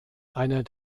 einer